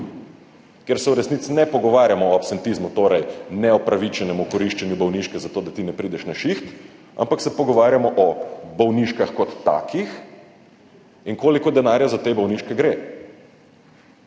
kjer se v resnici ne pogovarjamo o absentizmu, torej neopravičenemu koriščenju bolniške za to, da ti ne prideš na šiht, ampak se pogovarjamo o bolniških kot takih in koliko denarja za te bolniške gre.